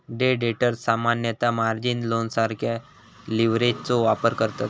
day traders सामान्यतः margin लोनसारख्या लीव्हरेजचो वापर करतत